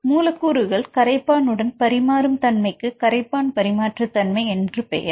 மாணவர் மூலக்கூறுகள் கரைப்பான் உடன் பரிமாறும் தன்மைக்கு கரைப்பான் பரிமாற்று தன்மை என்று பெயர்